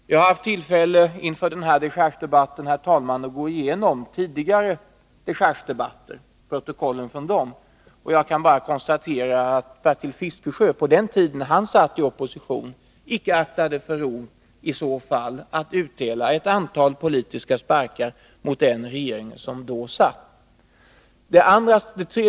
Jag har inför den här dechargedebatten gått igenom protokollen från tidigare dechargedebatter, och jag kan bara konstatera att Bertil Fiskesjö på den tid då han var i opposition icke aktade för rov att utdela ett antal politiska sparkar mot den regering som då satt.